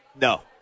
No